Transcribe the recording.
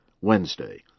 Wednesday